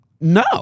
No